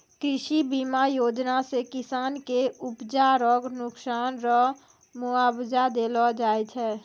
कृषि बीमा योजना से किसान के उपजा रो नुकसान रो मुआबजा देलो जाय छै